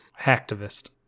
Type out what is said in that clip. Hacktivist